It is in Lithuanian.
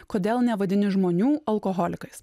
kodėl nevadini žmonių alkoholikais